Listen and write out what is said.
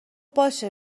باشه